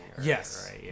yes